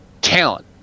talent